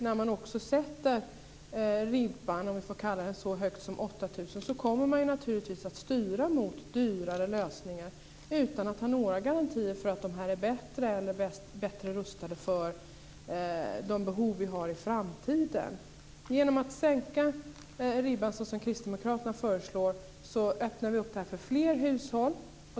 När man också sätter ribban, om jag får kalla det så, så högt som 8 000 kr kommer man naturligtvis att styra mot dyrare lösningar utan att ha några garantier för att de är bättre eller bättre rustade för de behov vi har i framtiden. Genom att sänka ribban, som kristdemokraterna föreslår, öppnar vi för fler hushåll.